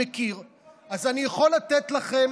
אז אני יכול לתת לכם